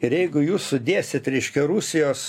ir jeigu jūs sudėsit reiškia rusijos